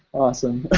awesome.